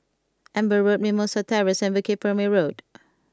Amber Road Mimosa Terrace and Bukit Purmei Road